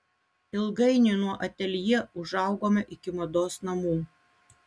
ilgainiui nuo ateljė užaugome iki mados namų